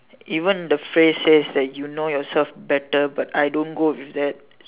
even the phrase says that you know yourself better but I don't go with that